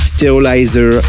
Sterilizer